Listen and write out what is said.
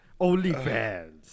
OnlyFans